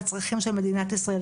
את הצרכים של מדינת ישראל,